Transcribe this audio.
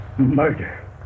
Murder